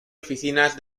oficinas